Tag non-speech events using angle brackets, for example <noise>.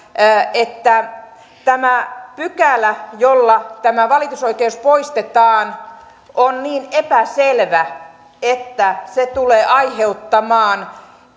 että tämä pykälä jolla tämä valitusoikeus poistetaan on niin epäselvä että se tulee aiheuttamaan <unintelligible>